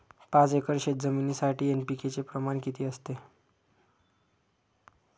पाच एकर शेतजमिनीसाठी एन.पी.के चे प्रमाण किती असते?